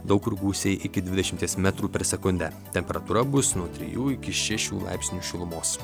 daug kur gūsiai iki dvidešimties metrų per sekundę temperatūra bus nuo trijų iki šešių laipsnių šilumos